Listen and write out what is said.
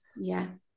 yes